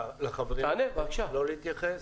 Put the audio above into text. לחברים האחרים לא להתייחס?